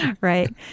Right